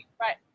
right